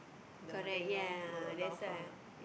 correct ya that's why